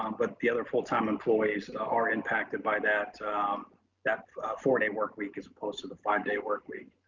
um but the other full time employees are impacted by that that four day work week, as opposed to the five day work week.